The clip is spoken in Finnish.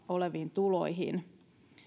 oleviin tuloihin